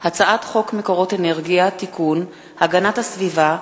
הצעת חוק מקורות אנרגיה (תיקון) (הגנת הסביבה,